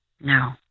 No